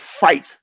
fight